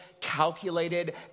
calculated